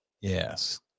Yes